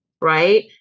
right